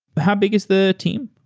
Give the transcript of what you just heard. how big is the team?